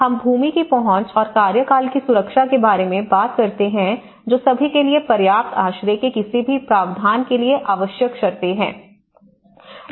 हम भूमि की पहुंच और कार्यकाल की सुरक्षा के बारे में बात करते हैं जो सभी के लिए पर्याप्त आश्रय के किसी भी प्रावधान के लिए आवश्यक शर्तें हैं